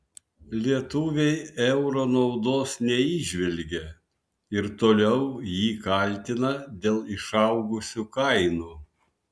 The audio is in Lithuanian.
lietuviai euro naudos neįžvelgia ir toliau jį kaltina dėl išaugusių kainų